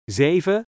zeven